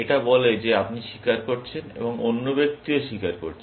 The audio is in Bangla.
এটা বলে যে আপনি স্বীকার করছেন এবং অন্য ব্যক্তিও স্বীকার করছে